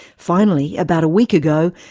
finally, about a week ago,